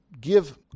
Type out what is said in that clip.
Give